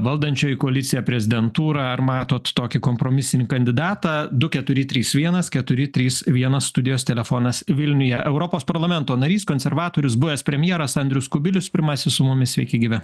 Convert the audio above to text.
valdančioji koalicija prezidentūra ar matot tokį kompromisinį kandidatądu keturi trys vienas keturi trys vienas studijos telefonas vilniuje europos parlamento narys konservatorius buvęs premjeras andrius kubilius pirmasis su mumis sveiki gyvi